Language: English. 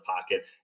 pocket